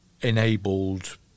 enabled